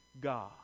God